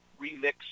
remix